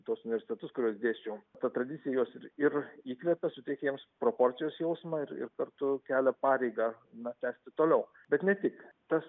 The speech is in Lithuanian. tuos universitetus kur aš dėsčiau ta tradicija juos ir ir įkvepia suteikia jiems proporcijos jausmą ir ir kartu kelia pareigą na tęsti tpliau bet ne tik tas